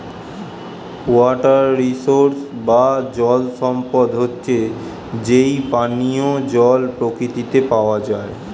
water resource বা জল সম্পদ হচ্ছে যেই পানিও জল প্রকৃতিতে পাওয়া যায়